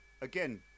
again